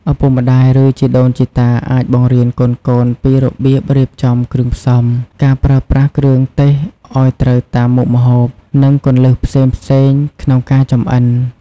ឪពុកម្តាយ ឬជីដូនជីតាអាចបង្រៀនកូនៗពីរបៀបរៀបចំគ្រឿងផ្សំ ការប្រើប្រាស់គ្រឿងទេសឱ្យត្រូវតាមមុខម្ហូប និងគន្លឹះផ្សេងៗក្នុងការចម្អិន ។